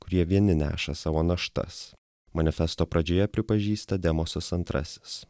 kurie vieni neša savo naštas manifesto pradžioje pripažįsta demosas antrasis